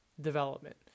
development